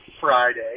Friday